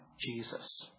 Jesus